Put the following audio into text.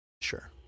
Sure